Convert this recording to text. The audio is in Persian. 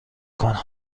کنم